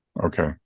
Okay